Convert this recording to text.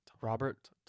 Robert